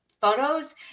photos